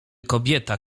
kobieta